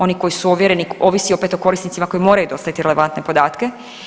Oni koji su ovjereni, ovisi opet o korisnicima koji moraju dostaviti relevantne podatke.